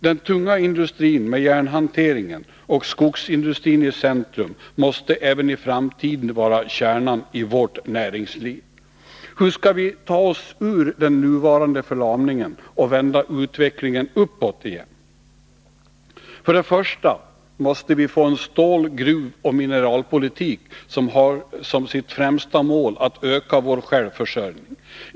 Den tunga industrin med järnhanteringen och skogsindustrin i centrum måste även i framtiden vara kärnan i vårt näringsliv. Hur skall vi ta oss ur den nuvarande förlamningen och vända utvecklingen uppåt igen? För det första måste vi få en stål-, gruvoch mineralpolitik som har som sitt främsta mål att öka vår självförsörjning.